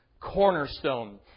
cornerstone